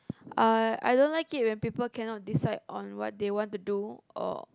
uh I don't like it when people cannot decide on what they want to do or